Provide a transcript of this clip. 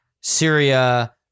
Syria